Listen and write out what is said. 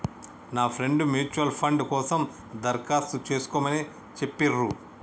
నా friend mutual fund కోసం దరఖాస్తు చేస్కోమని చెప్పిర్రు